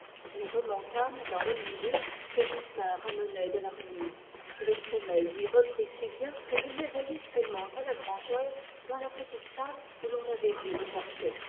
nous remontâmes dans l'omnibus que justin ramenait de la remise et le sommeil m'y reprit si bien que je m'éveillai seulement à la grangère dans la petite salle où l'on avait dû me porter